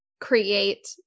create